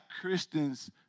Christians